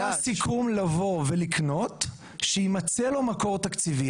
היה סיכום לבוא ולקנות, שיימצא לו מקור תקציבי.